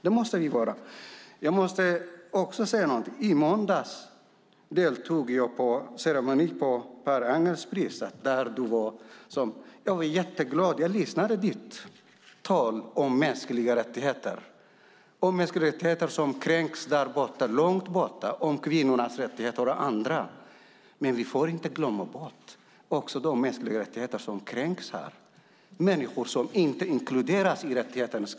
I måndags deltog jag i ceremonin vid utdelandet av Per Anger-priset där du också var med. Jag var jätteglad. Jag lyssnade på ditt tal om mänskliga rättigheter som kränks långt bort, om kvinnors rättigheter och annat. Men vi får inte glömma bort de mänskliga rättigheter som kränks här och de människor som inte inkluderas i rättighetskatalogen.